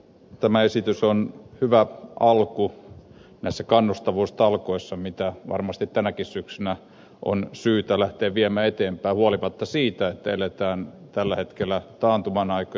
tämä esitys on hyvä alku näissä kannustavuustalkoissa mitä varmasti tänäkin syksynä on syytä lähteä viemään eteenpäin huolimatta siitä että eletään tällä hetkellä taantuman aikoja